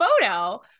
photo